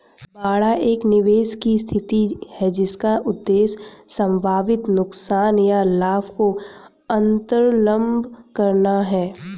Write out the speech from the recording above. बाड़ा एक निवेश की स्थिति है जिसका उद्देश्य संभावित नुकसान या लाभ को अन्तर्लम्ब करना है